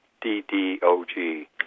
D-D-O-G